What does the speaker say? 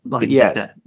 yes